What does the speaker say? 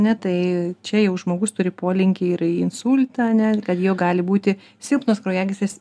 ne tai čia jau žmogus turi polinkį ir į insultą a ne kad jo gali būti silpnos kraujagyslės